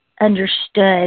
understood